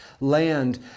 land